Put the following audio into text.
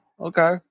Okay